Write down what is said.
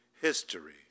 history